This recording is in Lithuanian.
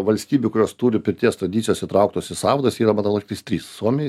valstybių kurios turi pirties tradicijas įtrauktos į sąvadas jos yra manau lygtais trys suomiai